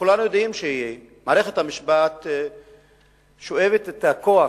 וכולם יודעים שמערכת המשפט שואבת את הכוח